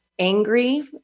angry